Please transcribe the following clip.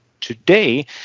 today